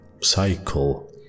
cycle